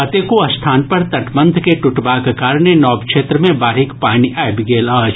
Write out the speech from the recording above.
कतेको स्थान पर तटबंध के टूटबाक कारणे नव क्षेत्र मे बाढ़िक पानि आबि गेल अछि